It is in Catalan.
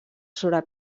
sobre